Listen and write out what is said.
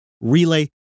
relay